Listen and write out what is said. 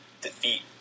defeat